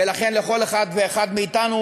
ולכן לכל אחד ואחד מאתנו,